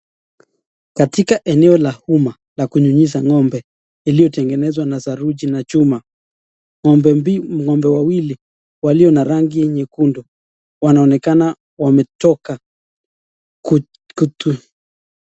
Katika eneo la umma la kunyunyiza ng'ombe iliyo tengenezwa na saruji na chuma, ng'ombe wawili walio na rangi nyekundu wanaonekana wametoka.